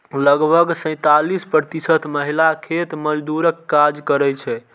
लगभग सैंतालिस प्रतिशत महिला खेत मजदूरक काज करै छै